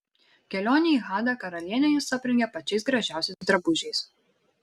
kelionei į hadą karalienė jus aprengė pačiais gražiausiais drabužiais